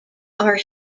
are